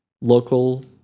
local